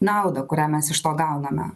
naudą kurią mes iš to gauname